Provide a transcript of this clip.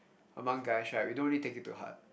among guys right we don't really take it to heart